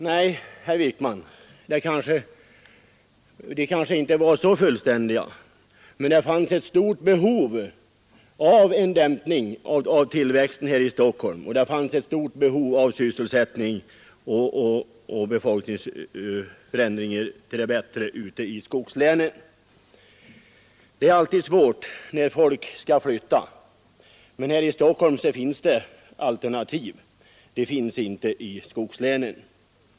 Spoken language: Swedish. Nej, herr Wijkman, de kanske inte var så fullständiga, men det fanns ett stort behov av en dämpning av tillväxten här i Stockholm och det fanns ett stort behov av sysselsättning och befolkningsförändringar till det bättre ute i skogslänen. Det är alltid svårt när folk skall flytta, men här i Stockholm finns det alternativ. Det finns inte i skogslänen.